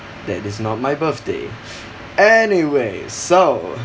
that is not my birthday anyway so